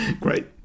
Great